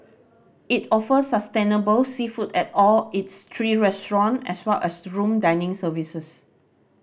it offers sustainable seafood at all its three restaurant as well as room dining services